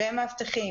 למאבטחים,